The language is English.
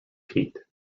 peat